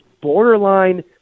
borderline